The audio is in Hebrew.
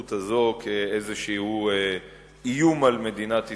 ההתבטאות הזו כאיזה איום על מדינת ישראל.